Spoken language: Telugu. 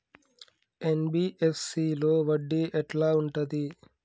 ఎన్.బి.ఎఫ్.సి లో వడ్డీ ఎట్లా ఉంటది?